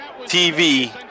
TV